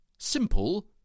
Simple